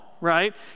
right